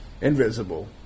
invisible